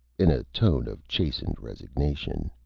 in a tone of chastened resignation.